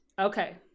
okay